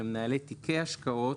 למנהלי תיקי השקעות,